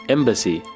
Embassy